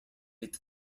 ate